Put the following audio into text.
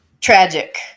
Tragic